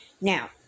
Now